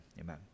amen